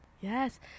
yes